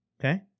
Okay